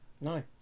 No